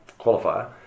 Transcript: qualifier